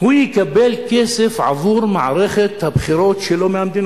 הוא יקבל כסף עבור מערכת הבחירות שלו מהמדינה.